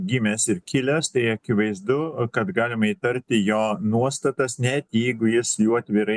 gimęs ir kilęs tai akivaizdu kad galima įtarti jo nuostatas net jeigu jis jų atvirai